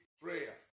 prayer